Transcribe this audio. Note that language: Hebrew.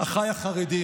ההצעה הזו